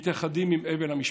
מתייחדים עם אבל המשפחות,